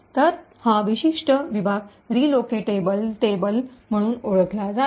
तर हा विशिष्ट विभाग रीलोकॅटेबल टेबल म्हणून ओळखला जातो